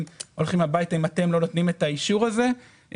הולכים הביתה אם לא נותנים את האישור הזה,